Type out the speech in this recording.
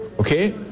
Okay